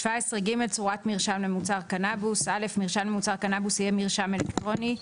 צורת מרשם למוצר קנבוס 17ג. (א) מרשם למוצר קנבוס יהיה מרשם אלקטרוני,